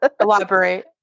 Elaborate